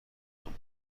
جمهور